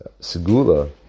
segula